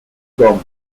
don